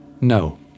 No